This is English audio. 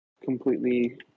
completely